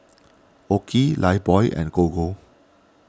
Oki Lifebuoy and Gogo